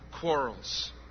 quarrels